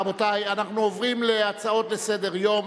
רבותי, אנחנו עוברים להצעות לסדר-היום